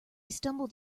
stumbled